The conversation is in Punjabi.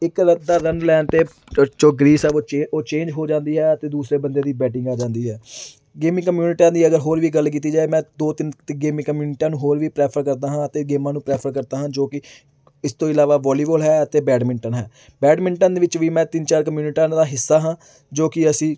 ਇੱਕ ਅੱਧਾ ਰਨ ਲੈਣ 'ਤੇ ਅ ਜੋ ਗਰੀਸ ਆ ਉਹ ਚੇ ਉਹ ਚੇਂਜ ਹੋ ਜਾਂਦੀ ਹੈ ਅਤੇ ਦੂਸਰੇ ਬੰਦੇ ਦੀ ਬੈਟਿੰਗ ਆ ਜਾਂਦੀ ਹੈ ਗੇਮਿੰਗ ਕਮਿਊਨਿਟੀਆਂ ਦੀ ਅਗਰ ਹੋਰ ਵੀ ਗੱਲ ਕੀਤੀ ਜਾਏ ਮੈਂ ਦੋ ਤਿੰਨ ਤਿੱਗੇ ਗੇਮਿੰਗ ਕਮਿਊਟੀਆਂ ਨੂੰ ਹੋਰ ਵੀ ਪ੍ਰੈਫਰ ਕਰਦਾ ਹਾਂ ਅਤੇ ਗੇਮਾਂ ਨੂੰ ਪ੍ਰੈਫਰ ਕਰਦਾ ਹਾਂ ਜੋ ਕਿ ਇਸ ਤੋਂ ਇਲਾਵਾ ਬੋਲੀਵਾਲ ਹੈ ਅਤੇ ਬੈਡਮਿੰਟਨ ਹੈ ਬੈਡਮਿੰਟਨ ਦੇ ਵਿੱਚ ਵੀ ਮੈਂ ਤਿੰਨ ਚਾਰ ਕਮਿਊਨਟਾਂ ਦਾ ਹਿੱਸਾ ਹਾਂ ਜੋ ਕਿ ਅਸੀਂ